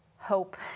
hope